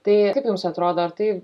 tai kaip jums atrodo ar tai